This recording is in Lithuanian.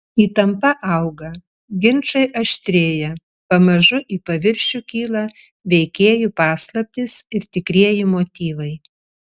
įtampa auga ginčai aštrėja pamažu į paviršių kyla veikėjų paslaptys ir tikrieji motyvai